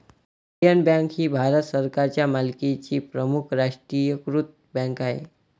Indian bank ही भारत सरकारच्या मालकीची प्रमुख राष्ट्रीयीकृत बँक आहे